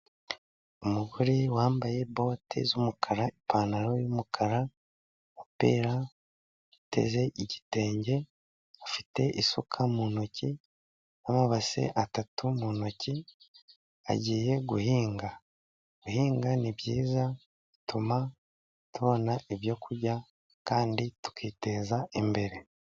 Umugore wambaye bote z'umukara, ipantaro y'umukara, umupira, yiteze igitenge, afite isuka mu ntoki n'amabase atatu mu ntoki agiye guhinga. Guhinga ni byiza bituma tubona ibyo kurya kandi tukiteza imbere.